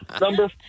Number